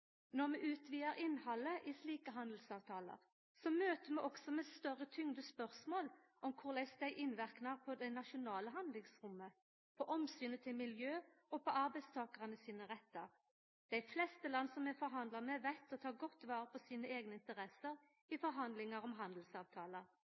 Når vi utvidar innhaldet i slike handelsavtalar, møter vi også med større tyngde spørsmål om korleis dei innverkar på det nasjonale handlingsrommet, på omsynet til miljø og på arbeidstakarane sine rettar. Dei fleste land som vi forhandlar med, veit å ta godt vare på sine eigne interesser i